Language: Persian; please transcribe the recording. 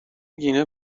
گینه